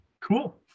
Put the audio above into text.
cool